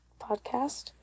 podcast